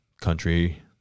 country